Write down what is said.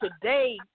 today